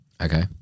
Okay